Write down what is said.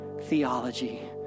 theology